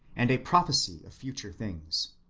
and a prophecy of future things.